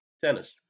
Tennis